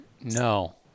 No